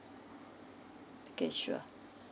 okay sure